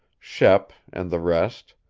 shep and the rest,